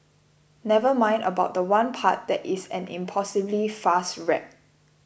never mind about the one part that is an impossibly fast rap